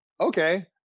Okay